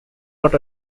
not